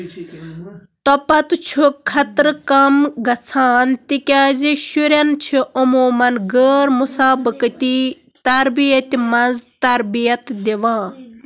توٕپتہٕ چھُ خطرٕ کم گژھَان تِکیٛازِ شُرٮ۪ن چھِ عموٗمَن غٲر مسابقتی تربیتہِ منٛز تربیت دِوان